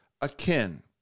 akin